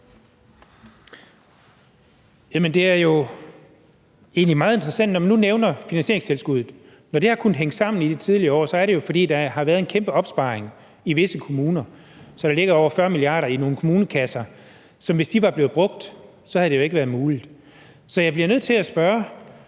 det er jo egentlig meget interessant, at man nu nævner finansieringstilskuddet. Når det har kunnet hænge sammen i de tidligere år, er det jo, fordi der har været en kæmpe opsparing i visse kommuner, så der ligger over 40 mia. kr. i nogle kommunekasser, og hvis de var blevet brugt, havde det jo ikke været muligt. Så jeg bliver nødt til at spørge: